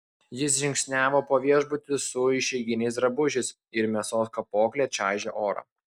jis žingsniavo po viešbutį su išeiginiais drabužiais ir mėsos kapokle čaižė orą